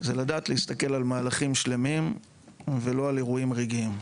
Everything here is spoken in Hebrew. זה לדעת להסתכל על מהלכים שלמים ולא על אירועים רגעיים.